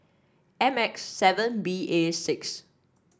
M X seven B A six